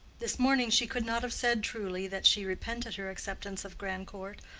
this morning she could not have said truly that she repented her acceptance of grandcourt,